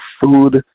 food